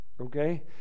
okay